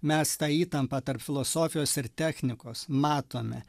mes tą įtampą tarp filosofijos ir technikos matome